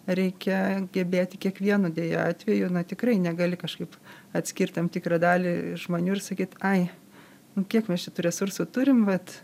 reikia gebėti kiekvienu deja atveju tikrai negali kažkaip atskirt tam tikrą dalį žmonių ir sakyt ai nu kiek va šitų resursų turim vat